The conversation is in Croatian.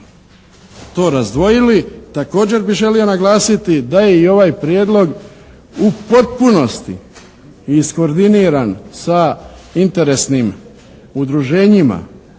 to razdvojili. Također bi želio naglasiti da je i ovaj prijedlog u potpunosti iskoordiniran sa interesnim udruženjima